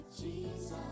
Jesus